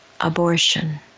abortion